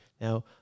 Now